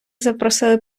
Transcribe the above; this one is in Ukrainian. запросили